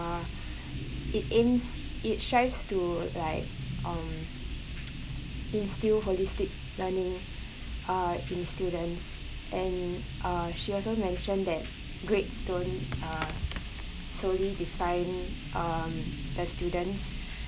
uh it aims it strives to like um instil holistic learning uh in students and uh she also mentioned that grades don't uh solely define um the students